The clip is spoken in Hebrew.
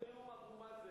גם בנאום אבו מאזן,